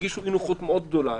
הרגישו אי-נוחות גדולה מאוד.